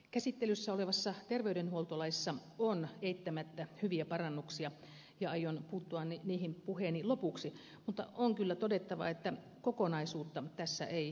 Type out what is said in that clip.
käsittelyssä olevassa terveydenhuoltolaissa on eittämättä hyviä parannuksia ja aion puuttua niihin puheeni lopuksi mutta on kyllä todettava että kokonaisuutta tässä ei nyt käsitellä